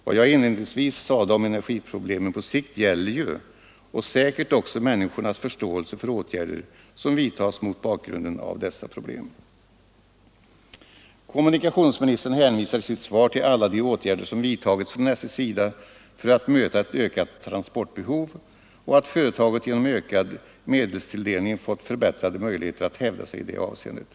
Vad jag inledningsvis sade om energiproblemen på sikt gäller fortfarande — och säkert också människornas förståelse för åtgärder som vidtas — mot bakgrunden av dessa problem. Kommunikationsministern hänvisar i sitt svar till alla de åtgärder som vidtagits från SJs sida för att möta ett ökat transportbehov och framhåller att företaget genom ökad medelstilldelning fått förbättrade möjligheter att hävda sig i det avseendet.